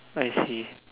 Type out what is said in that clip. I see